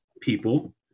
people